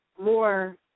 more